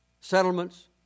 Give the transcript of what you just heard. settlements